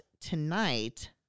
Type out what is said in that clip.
tonight